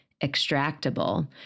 extractable